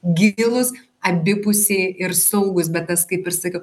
gilūs abipusiai ir saugūs bet tas kaip ir sakiau